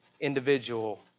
individual